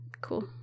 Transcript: cool